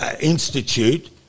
Institute